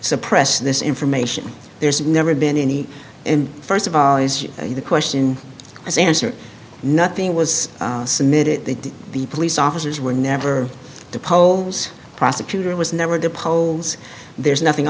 suppress this information there's never been any and first of all is the question and answer nothing was submitted they did the police officers were never the poles prosecutor was never the polls there's nothing